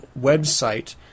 website